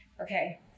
Okay